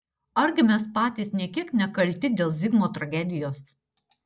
argi mes patys nė kiek nekalti dėl zigmo tragedijos